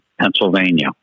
Pennsylvania